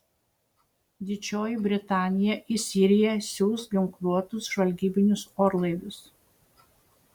didžioji britanija į siriją siųs ginkluotus žvalgybinius orlaivius